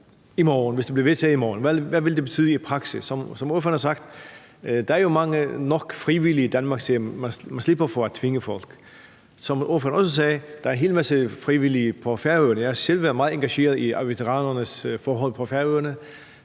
hvad vil det så betyde i praksis? Som ordføreren har sagt, er der jo nok frivillige i Danmark til, at man slipper for at tvinge folk. Som ordføreren også sagde, er der en hel masse frivillige på Færøerne. Jeg har selv været meget engageret i veteranernes forhold på Færøerne